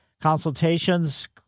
consultations